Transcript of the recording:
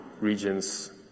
regions